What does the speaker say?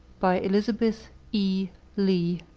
by elizabeth e. lea